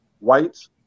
Whites